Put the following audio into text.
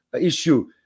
issue